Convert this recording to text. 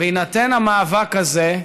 בהינתן המאבק הזה,